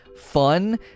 fun